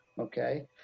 okay